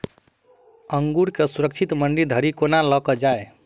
अंगूर केँ सुरक्षित मंडी धरि कोना लकऽ जाय?